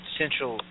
central